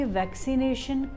vaccination